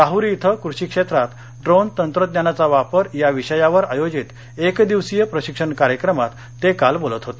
राह्री इथं कृषि क्षेत्रात ड्रोन तंत्रज्ञानाचा वापर या विषयावर आयोजित एक दिवसीय प्रशिक्षण कार्यक्रमात ते काल बोलत होते